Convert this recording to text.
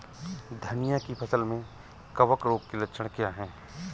धनिया की फसल में कवक रोग के लक्षण क्या है?